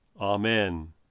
Amen